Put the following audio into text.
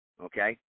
Okay